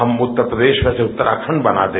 हम उत्तर प्रदेश में से उतराखंड बना दे